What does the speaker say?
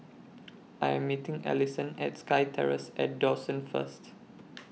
I Am meeting Allyson At SkyTerrace At Dawson First